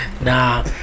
Nah